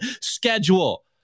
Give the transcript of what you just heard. schedule